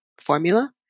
formula